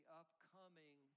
upcoming